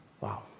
Wow